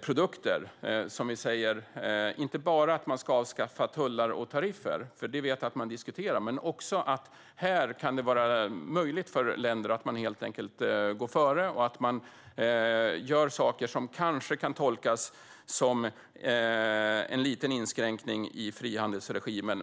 produkter och inte bara säger att man ska avskaffa tullar och tariffer, för det vet jag att man diskuterar, utan också att det kan vara möjligt för länder att helt enkelt gå före och göra saker som kanske kan tolkas som en liten inskränkning i frihandelsregimen?